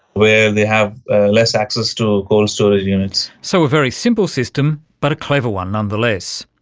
where they have ah less access to cold storage units. so a very simple system, but a clever one none-the-less.